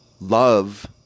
love